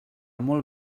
molt